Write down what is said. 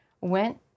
went